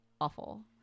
awful